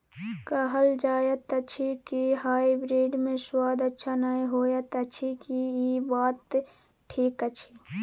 कहल जायत अछि की हाइब्रिड मे स्वाद अच्छा नही होयत अछि, की इ बात ठीक अछि?